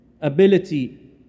ability